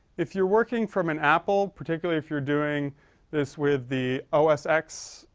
if you're working from an apple particular if you're doing this with the alas acts